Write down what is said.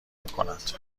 میکند